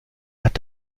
hat